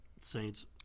Saints